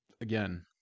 again